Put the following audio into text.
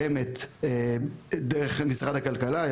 זאת הגדרה ידועה שקיימת במשרד הכלכלה והיא